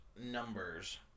numbers